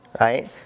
right